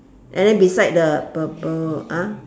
and then beside the purple !huh!